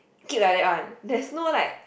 keep like that one there's no like